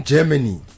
Germany